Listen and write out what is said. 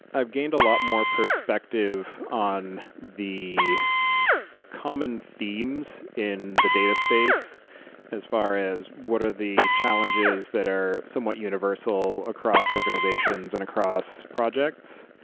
i've gained a lot more perspective on the common themes in the data space as far as what are the challenges that are somewhat universal across organizations and across projects.